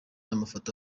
amafoto